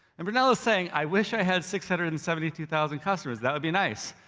and brunello is saying, i wish i had six hundred and seventy two thousand customers, that would be nice,